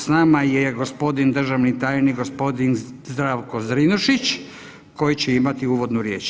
S nama je gospodin državni tajnik gospodin Zdravko Zrinušić koji će imati uvodnu riječ.